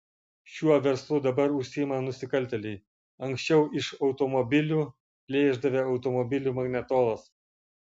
šiuo verslu dabar užsiima nusikaltėliai anksčiau iš automobilių plėšdavę automobilių magnetolas